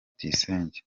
tuyisenge